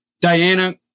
Diana